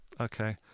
Okay